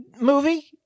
movie